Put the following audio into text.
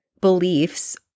beliefs